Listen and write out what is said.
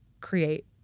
create